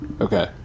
Okay